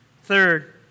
Third